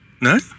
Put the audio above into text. No